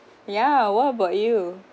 yeah what about you